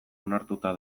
onartuta